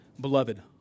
Beloved